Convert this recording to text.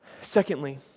Secondly